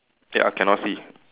ya cannot see